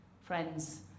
Friends